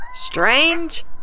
strange